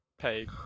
pay